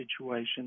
situation